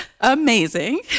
Amazing